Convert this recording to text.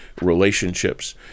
relationships